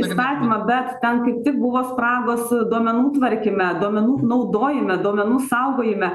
įstatymą bet ten kaip tik buvo spragos duomenų tvarkyme duomenų naudojime duomenų saugojime